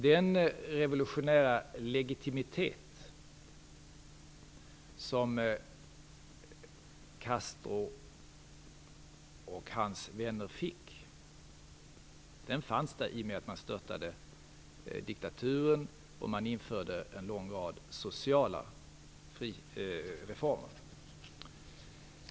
Den revolutionära legitimitet som Castro och hans vänner fick kom av att man störtade diktaturen och införde en lång rad sociala reformer.